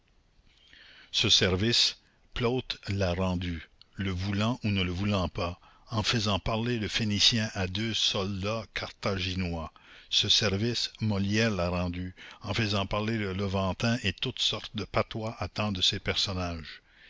ce service plaute l'a rendu le voulant ou ne le voulant pas en faisant parler le phénicien à deux soldats carthaginois ce service molière l'a rendu en faisant parler le levantin et toutes sortes de patois à tant de ses personnages